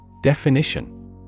Definition